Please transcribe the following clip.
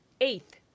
Eighth